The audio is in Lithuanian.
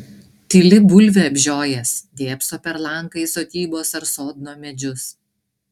tyli bulvę apžiojęs dėbso per langą į sodybos ar sodno medžius